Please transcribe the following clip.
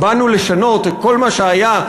באנו לשנות את כל מה שהיה,